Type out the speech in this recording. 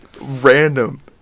random